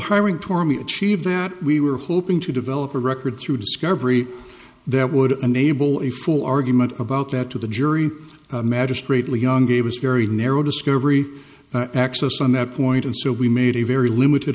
hiring tore me achieve that we were hoping to develop a record through discovery that would enable a full argument about that to the jury magistrate leon gave us a very narrow discovery access on that point and so we made a very limited